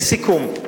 לסיכום,